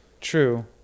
True